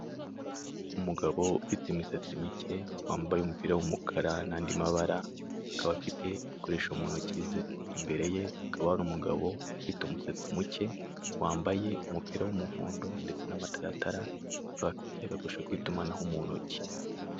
Umugabo ufite imisatsi mike wambaye umupira w'umukara n'andi mabara, akaba afite igikoresho mu ntoki ze, imbere ye hakaba ari umugabo ufite umusatsi muke, wambaye umupira wumuhondo ndetse n'amataratara, akab afite agakoresho k'itumanaho mu ntoki.